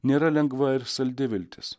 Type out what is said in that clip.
nėra lengva ir saldi viltis